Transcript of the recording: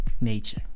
nature